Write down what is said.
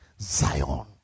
Zion